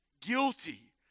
guilty